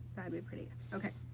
that'd be pretty, okay.